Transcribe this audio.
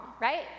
right